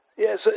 Yes